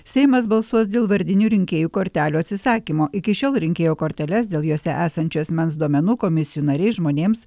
seimas balsuos dėl vardinių rinkėjų kortelių atsisakymo iki šiol rinkėjo korteles dėl jose esančių asmens duomenų komisijų nariai žmonėms